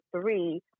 three